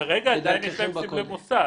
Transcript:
כרגע עדיין יש להם סמל מוסד.